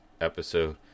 episode